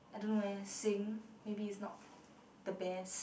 I don't know eh sing maybe is not the best